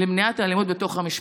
למניעת האלימות בתוך המשפחה.